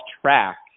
track